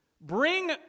Bring